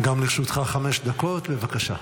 גם לרשותך חמש דקות, בבקשה.